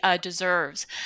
deserves